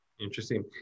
Interesting